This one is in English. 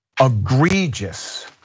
egregious